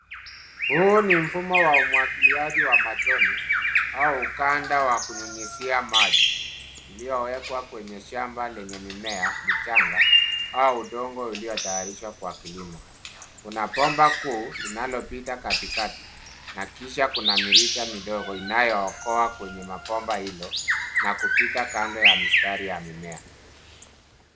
Huu ni mfumo wa umwagiliaji wa matone au ukanda wa kunyunyizia maji iliowekwa kwenye shamba lenye mimea michanga au udongo uliotayarishwa kwa kilimo. Kuna bomba kuu linalopita katikati na kisha kuna mirija midogo inayookoa kwenye mabomba hilo na kupita kando ya mistari ya mimea.